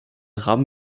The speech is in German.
rahmen